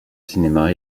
cinéma